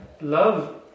love